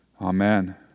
Amen